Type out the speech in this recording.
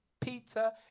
Peter